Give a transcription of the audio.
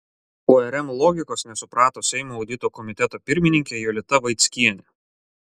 urm logikos nesuprato seimo audito komiteto pirmininkė jolita vaickienė